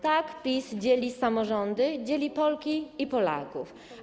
Tak PiS dzieli samorządy, dzieli Polki i Polaków.